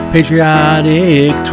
Patriotic